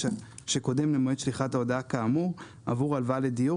שקודם למועד שליחת ההודעה כאמור עבור הלוואה לדיור